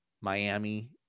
Miami